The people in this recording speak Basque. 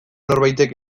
norbaitek